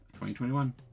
2021